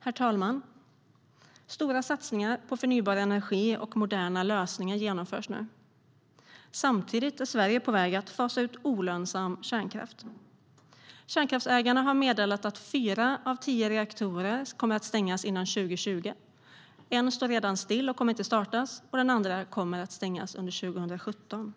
Herr talman! Stora satsningar på förnybar energi och moderna lösningar genomförs nu. Samtidigt är Sverige på väg att fasa ut olönsam kärnkraft. Kärnkraftsägarna har meddelat att fyra av tio reaktorer kommer att stängas före 2020. En reaktor står redan still och kommer inte att startas, och den andra kommer att stängas under 2017.